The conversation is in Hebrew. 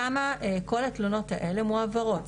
שם כל התלונות האלה מועברות.